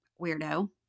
weirdo